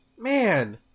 man